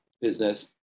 business